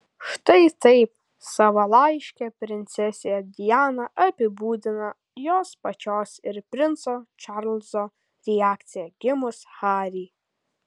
štai taip savo laiške princesė diana apibūdina jos pačios ir princo čarlzo reakciją gimus harry